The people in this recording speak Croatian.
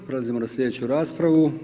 Prelazimo na sljedeću raspravu.